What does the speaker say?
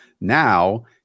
Now